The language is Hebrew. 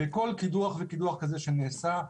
וכל קידוח וקידוח כזה שנעשה,